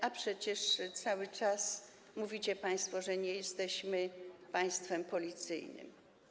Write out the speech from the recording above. A przecież cały czas mówicie państwo, że nie jesteśmy państwem policyjnym.